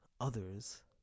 others